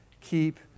Keep